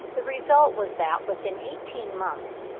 the result was that, within eighteen months,